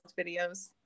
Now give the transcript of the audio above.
videos